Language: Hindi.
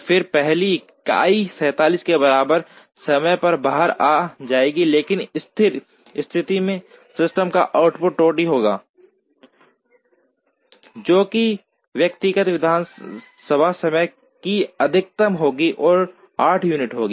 फिर पहली इकाई 47 के बराबर समय पर बाहर आ जाएगी लेकिन स्थिर स्थिति में सिस्टम का आउटपुट टोंटी होगा जो कि व्यक्तिगत विधानसभा समय की अधिकतम होगी जो 8 यूनिट होगी